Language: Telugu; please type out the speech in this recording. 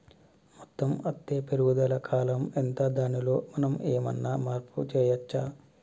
మొక్క అత్తే పెరుగుదల కాలం ఎంత దానిలో మనం ఏమన్నా మార్పు చేయచ్చా?